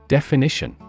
Definition